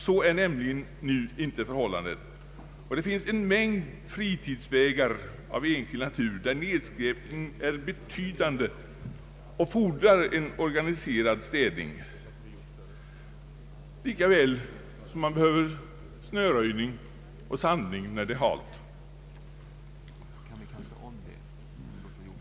Så är nämligen nu inte förhållandet, och det finns en mängd fritidsvägar av enskild natur där nedskräpningen är betydande och fordrar en organiserad städning lika väl som man behöver snöröjning och sandning när det är halt.